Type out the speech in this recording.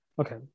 Okay